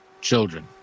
children